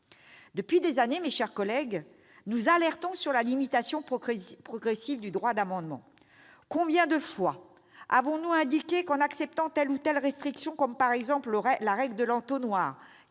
Depuis des années, mes chers collègues, nous alertons sur la limitation progressive du droit d'amendement. Combien de fois avons-nous indiqué qu'en acceptant telle ou telle restriction- par exemple, la règle de l'entonnoir,